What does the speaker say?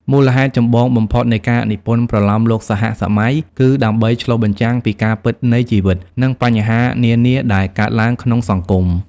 មូលហេតុចម្បងបំផុតនៃការនិពន្ធប្រលោមលោកសហសម័យ គឺដើម្បី ឆ្លុះបញ្ចាំងពីការពិតនៃជីវិត និងបញ្ហានានាដែលកើតឡើងក្នុងសង្គម។